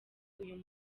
uyu